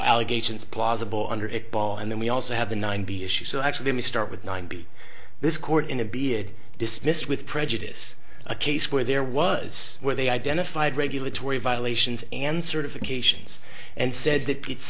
allegations plausible under it ball and then we also have the nine b issue so actually start with nine b this court in a being dismissed with prejudice a case where there was where they identified regulatory violations and certifications and said that